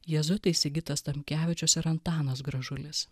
jėzuitai sigitas tamkevičius ir antanas gražulis